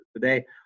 Today